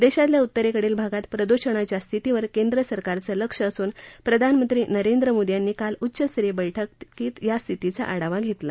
देशातल्या उत्तरेकडील भागात प्रदुषणाच्या स्थितीवर केंद्र सरकारचं लक्ष असून प्रधानमंत्री नरेंद्र मोदी यांनी काल उच्चस्तरीय बैठक्त या स्थितीचा आढावा घेतला